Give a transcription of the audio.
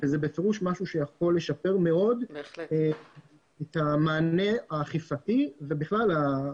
זה בפירוש משהו שיכול לשפר מאוד את המענה האכיפתי והרשותי